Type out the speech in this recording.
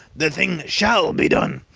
the thing shall be done!